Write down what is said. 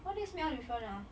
why do you smell different ah